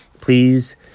please